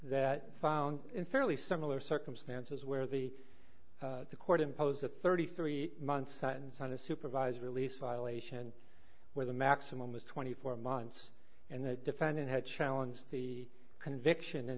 that found in fairly similar circumstances where the court imposed a thirty three month sentence on a supervised release violation where the maximum was twenty four months and the defendant had challenge the conviction in